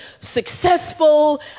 successful